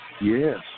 Yes